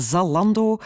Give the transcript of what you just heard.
Zalando